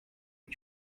que